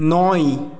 নয়